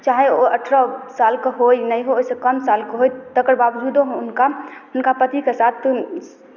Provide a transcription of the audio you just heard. चाहे ओ अठारह सालके होय नहि होय ओहिसँ कम सालके होय तकर बावजूदो हुनका हुनका पतिके साथ